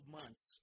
months